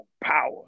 power